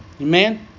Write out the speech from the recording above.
Amen